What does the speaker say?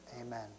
Amen